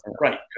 right